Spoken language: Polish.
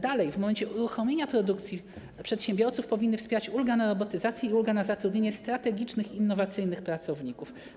Dalej w momencie uruchomienia produkcji przedsiębiorców powinna wspierać ulga na robotyzację i ulga na zatrudnienie strategicznych i innowacyjnych pracowników.